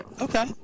Okay